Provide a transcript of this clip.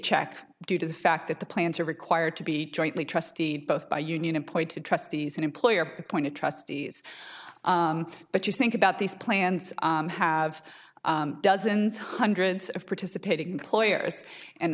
check due to the fact that the plans are required to be jointly trustee both by union appointed trustees and employer point of trustees but you think about these plans have dozens hundreds of participating employers and